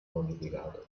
modificato